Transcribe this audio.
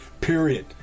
Period